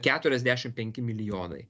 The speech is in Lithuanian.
keturiasdešim penki milijonai